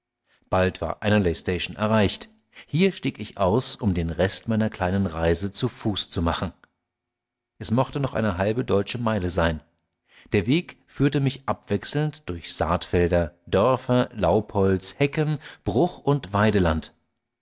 bald war anerley station erreicht hier stieg ich aus um den rest meiner kleinen reise zu fuß zu machen es mochte noch eine halbe deutsche meile sein der weg führte mich abwechselnd durch saatfelder dörfer laubholz hecken bruch und weideland